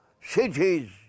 cities